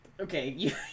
Okay